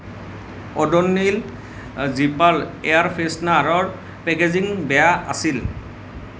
Odonil zipper air ফ্ৰেছনাৰৰ packaging বেয়া আছিল